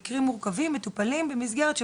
כשאנחנו נתקלים בכלל במטופלים שמגיע להם